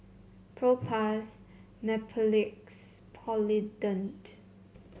Propass Mepilex Polident